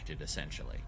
essentially